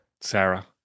Sarah